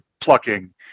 plucking